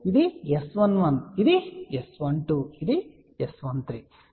ఇది S11 ఇది S12 ఇది S13